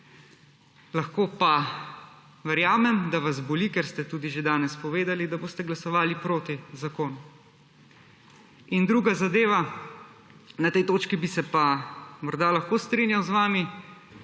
standard. Verjamem, da vas boli, ker ste tudi že danes povedali, da boste glasovali proti zakonu. In druga zadeva, na tej točki bi se pa morda lahko strinjal z vami.